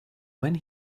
when